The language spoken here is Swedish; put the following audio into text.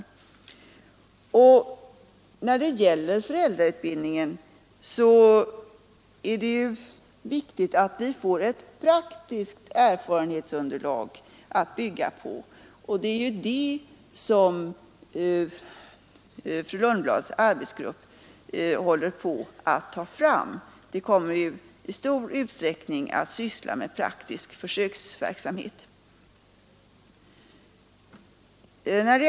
Det är viktigt att vi när det gäller föräldrautbildningen får ett praktiskt erfarenhetsunderlag att bygga på, och det är det som fru Lundblads arbetsgrupp håller på att ta fram. Man kommer där i stor utsträckning att syssla med praktisk försöksverksamhet.